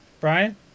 Brian